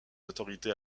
autorités